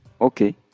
okay